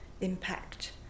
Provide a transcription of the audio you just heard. impact